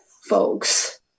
folks